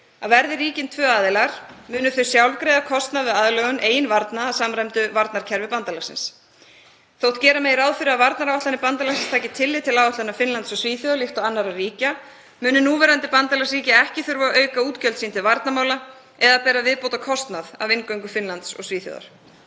að verði ríkin tvö aðilar munu þau sjálf greiða kostnað við aðlögun eigin varna að samræmdu varnarkerfi bandalagsins. Þótt gera megi ráð fyrir að varnaráætlanir bandalagsins taki tillit til áætlana Finnlands og Svíþjóðar líkt og annarra ríkja munu núverandi bandalagsríki ekki þurfa að auka útgjöld sín til varnarmála eða bera viðbótarkostnað af inngöngu Finnlands og Svíþjóðar.